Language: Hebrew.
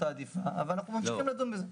העדיפה אבל אנחנו ממשיכים לדון בזה.